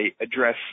address